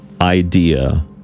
idea